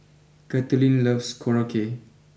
Kathleen loves Korokke